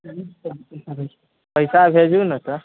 पैसा भेजु ने तऽ